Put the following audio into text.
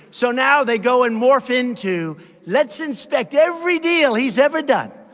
so now they go and morph into let's inspect every deal he's ever done.